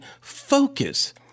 focus